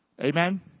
Amen